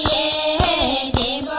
a